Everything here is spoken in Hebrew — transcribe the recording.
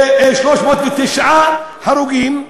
309 הרוגים,